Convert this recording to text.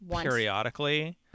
periodically